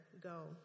go